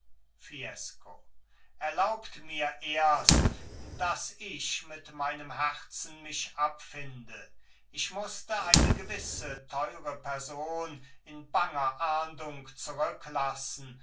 fiesco erlaubt mir erst daß ich mit meinem herzen mich abfinde ich mußte eine gewisse teure person in banger ahndung zurücklassen